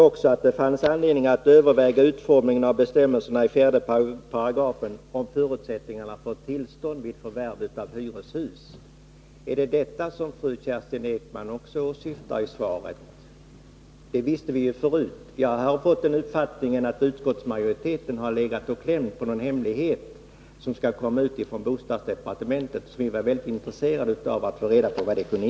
Vidare fanns det anledning att överväga utformningen av bestämmelserna i 4 § om förutsättningarna för tillstånd vid förvärv av hyreshus. Är det också detta som Kerstin Ekman åsyftar i svaret? I så fall visste vi ju det redan. Jag har fått den uppfattningen att utskottsmajoriteten gått och klämt på en hemlighet som skall offentliggöras av bostadsdepartementet. Därför är vi väldigt intresserade av att få reda på vad det kan vara.